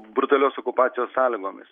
brutalios okupacijos sąlygomis